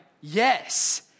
yes